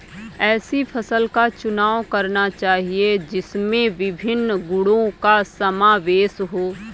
ऐसी फसल का चुनाव करना चाहिए जिसमें विभिन्न गुणों का समावेश हो